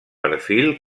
perfil